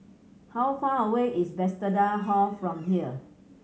how far away is Bethesda Hall from here